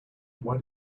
why